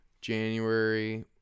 January